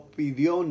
pidió